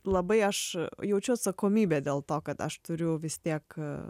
labai aš jaučiu atsakomybę dėl to kad aš turiu vis tiek